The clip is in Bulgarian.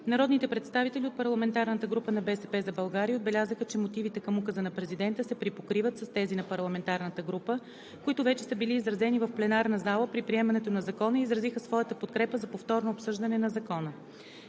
Народните представители от парламентарната група на „БСП за България“ отбелязаха, че мотивите към Указа на президента се припокриват с тези на парламентарната група, които вече са били изразени в пленарна зала при приемането на Закона и изразиха своята подкрепа за повторното обсъждане на Закона.